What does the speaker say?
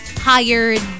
hired